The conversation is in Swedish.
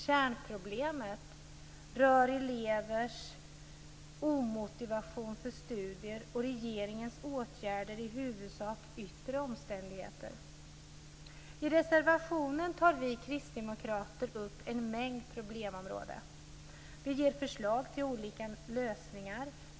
Kärnproblemet rör elevers brist på motivation för studier och regeringens åtgärder i huvudsak yttre omständigheter. I reservationen tar vi kristdemokrater upp en mängd problemområden och ger förslag till olika lösningar.